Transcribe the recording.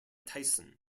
tyson